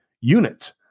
unit